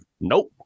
Nope